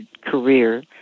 career